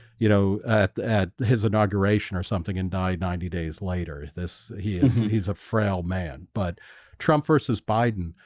you know at at his inauguration or something and died ninety days later. this he is he's a frail man, but trump versus biden.